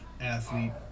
athlete